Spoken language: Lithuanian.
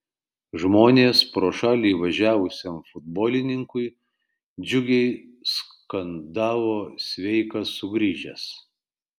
žmonės pro šalį važiavusiam futbolininkui džiugiai skandavo sveikas sugrįžęs